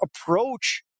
approach